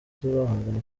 tuzahangana